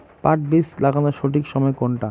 পাট বীজ লাগানোর সঠিক সময় কোনটা?